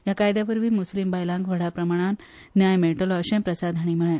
ह्या कायद्यावरवी मुस्लीम बायलांक व्हडा प्रमाणाय न्याय मेळटलो अशेय प्रसाद हाणी म्हळे